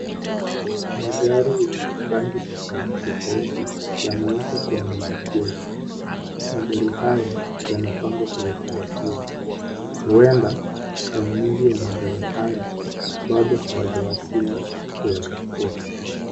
Magari yenye rangi tofauti tofauti yamewekwa kwenye maegesho. Magari haya yanapangwa kwa utaratibu. Huenda wanunuzi wa magari haya bado hawajawasili kuyachukua.